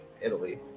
Italy